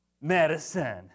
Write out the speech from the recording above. medicine